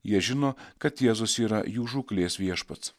jie žino kad jėzus yra jų žūklės viešpats